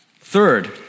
Third